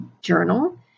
Journal